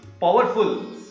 powerful